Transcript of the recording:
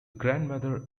grandmother